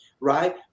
right